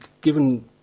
given